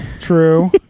true